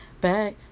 Back